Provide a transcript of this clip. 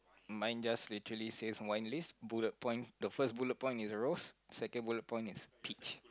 mine just literally says wine list bullet point the first bullet point is rose the second bullet point is peach